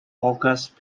august